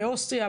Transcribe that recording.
באוסטריה,